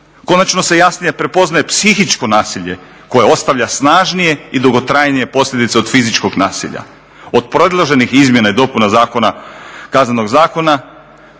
Konačno se jasnije prepoznaje psihičko nasilje koje ostavlja snažnije i dugotrajnije posljedice od fizičkog nasilja. Od predloženih izmjena i dopuna Kaznenog zakona